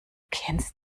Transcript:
kennst